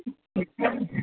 ॾिठा हुआ